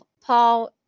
Paul